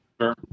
Sure